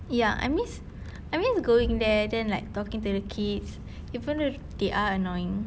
ya I miss I miss going there then like talking to the kids even though they are annoying